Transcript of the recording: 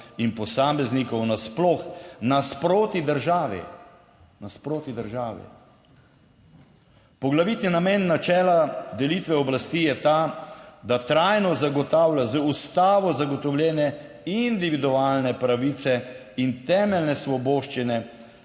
in posameznikov nasploh nasproti državi, nasproti državi. Poglavitni namen načela delitve oblasti je ta, da trajno zagotavlja z Ustavo zagotovljene individualne pravice in temeljne svoboščine